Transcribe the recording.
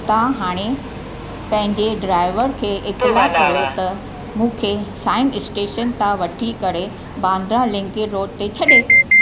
तव्हां हाणे पंहिंजे ड्रायवर खे इतला करियो त मूंखे सायन इस्टेशन था वठी करे बांद्रा लिंकेन रोड ते छॾे